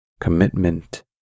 commitment